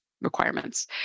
Requirements